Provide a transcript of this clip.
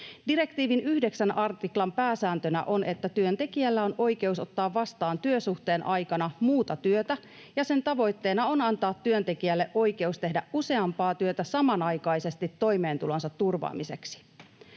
Direktiivin 9 artiklan pääsääntönä on, että työntekijällä on oikeus ottaa vastaan työsuhteen aikana muuta työtä, ja sen tavoitteena on antaa työntekijälle oikeus tehdä useampaa työtä samanaikaisesti toimeentulonsa turvaamiseksi.